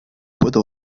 puedo